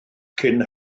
cyn